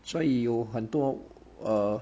所以有很多 err